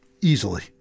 easily